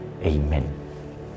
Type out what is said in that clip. Amen